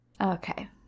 Okay